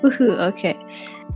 Okay